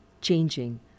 changing